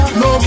no